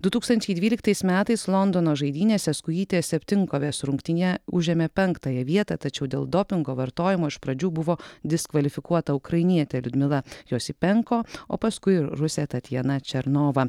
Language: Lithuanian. du tūkstančiai dvyliktais metais londono žaidynėse skujytė septynkovės rungtyje užėmė penktąją vietą tačiau dėl dopingo vartojimo iš pradžių buvo diskvalifikuota ukrainietė liudmila josypenko o paskui ir rusė tatjana černova